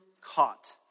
caught